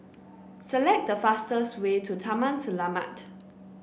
select the fastest way to Taman Selamat